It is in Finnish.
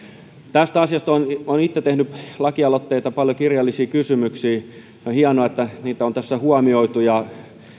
tästä asiasta olen itse tehnyt lakialoitteita ja paljon kirjallisia kysymyksiä ja on hienoa että niitä on tässä huomioitu ja